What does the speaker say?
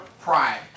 pride